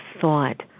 thought